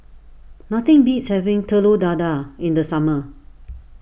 nothing beats having Telur Dadah in the summer